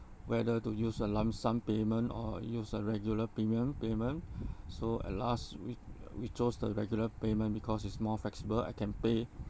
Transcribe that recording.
whether to use a lump sum payment or use a regular premium payment so at last week uh we chose the regular payment because it's more flexible I can pay